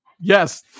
yes